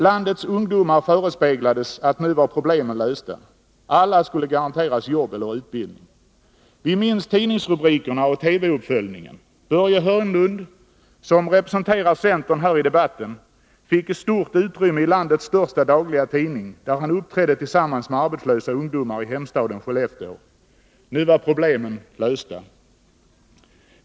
Landets ungdomar förespeglades då att nu var problemen lösta. Alla skulle garanteras jobb eller utbildning. Vi minns tidningsrubrikerna och TV uppföljningen. Börje Hörnlund — som representerar centern här i debatten — fick stort utrymme i landets största dagliga tidning, där han uppträdde tillsammans med arbetslösa ungdomar i hemstaden Skellefteå. Nu var problemen lösta.